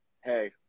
Hey